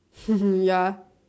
ya